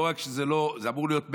לא רק שזה לא, זה אמור להיות מעל,